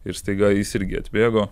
ir staiga jis irgi atbėgo